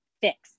fix